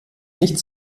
nicht